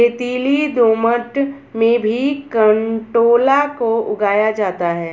रेतीली दोमट में भी कंटोला को उगाया जाता है